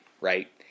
right